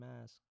mask